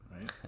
right